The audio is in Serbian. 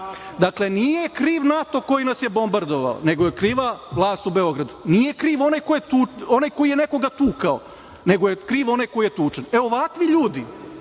Dakle, nije kriv NATO koji nas je bombardovao, nego je kriva vlast u Beogradu. Nije kriv onaj koji je nekoga tukao, nego je kriv onaj ko je tučen. E, ovakvi ljudi,